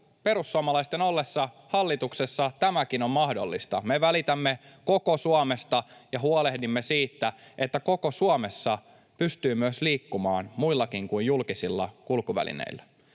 perussuomalaisten ollessa hallituksessa tämäkin on mahdollista. Me välitämme koko Suomesta ja huolehdimme siitä, että koko Suomessa pystyy myös liikkumaan muillakin kuin julkisilla kulkuvälineillä.